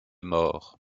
mort